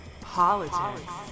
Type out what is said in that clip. politics